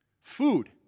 Food